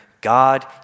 God